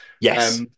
Yes